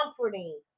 Comforting